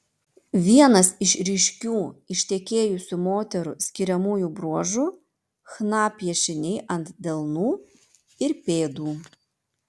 vienas iš ryškių ištekėjusių moterų skiriamųjų bruožų chna piešiniai ant delnų ir pėdų